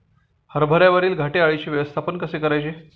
हरभऱ्यावरील घाटे अळीचे व्यवस्थापन कसे करायचे?